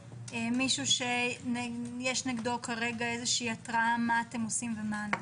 מישהו שיש נגדו התרעה מה אתם עושים ומה הנוהל?